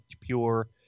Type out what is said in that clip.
Pure